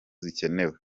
zikenewe